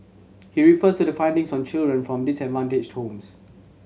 he refers to the findings on children from disadvantaged homes